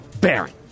Baron